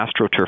AstroTurf